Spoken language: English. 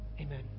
Amen